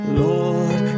lord